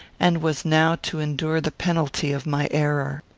and was now to endure the penalty of my error.